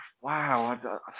wow